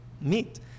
meet